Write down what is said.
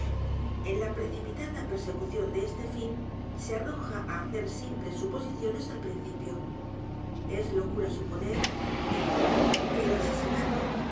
en la precipitada persecución de este fin se arroja á hacer simples suposiciones al principio es locura suponer dice que el asesinato